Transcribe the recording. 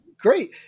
Great